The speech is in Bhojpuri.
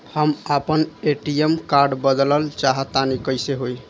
हम आपन ए.टी.एम कार्ड बदलल चाह तनि कइसे होई?